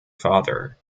father